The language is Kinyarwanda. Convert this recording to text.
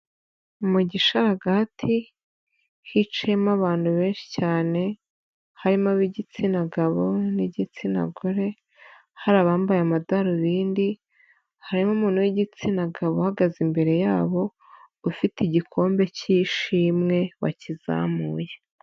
Mu gishaga, hicimo abantu benshi cyane, harimo ab'igitsina gabo n'igitsina gore, hari abambaye amadarubindi, harimo umuntu w'igitsina gabo uhagaze imbere yabo, ufite igikombe cy'ishimwe, wakizamuye.